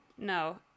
No